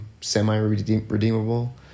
semi-redeemable